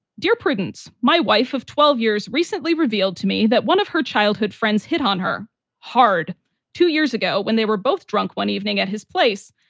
dear prudence, my wife of twelve years, recently revealed to me that one of her childhood friends hit on her hard two years ago when they were both drunk. one evening at his place,